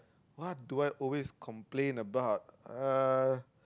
what do I always complain about uh